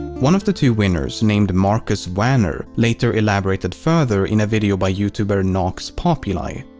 one of the two winners, named marcus wanner, later elaborated further in a video by youtuber nox populi.